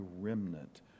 remnant